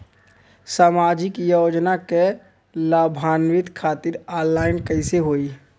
सामाजिक योजना क लाभान्वित खातिर ऑनलाइन कईसे होई?